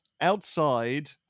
outside